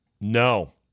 No